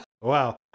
Wow